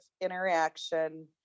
interaction